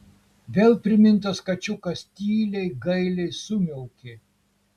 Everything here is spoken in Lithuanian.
vėl primintas kačiukas tyliai gailiai sumiaukė